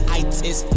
itis